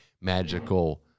magical